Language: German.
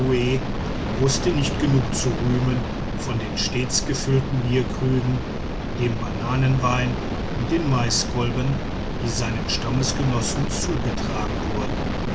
wußte nicht genug zu rühmen von den stets gefüllten bierkrügen dem bananenwein und den maiskolben die seinen stammesgenossen zugetragen wurden